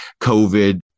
covid